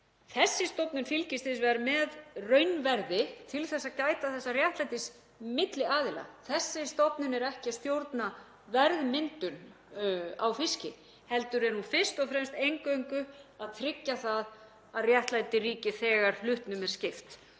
Þessi stofnun fylgist hins vegar með raunverði til að gæta þessa réttlætis milli aðila. Þessi stofnun er ekki að stjórna verðmyndun á fiski heldur er hún eingöngu að tryggja að réttlæti ríki þegar hlutnum er skipt.